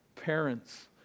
Parents